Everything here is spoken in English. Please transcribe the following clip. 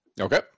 Okay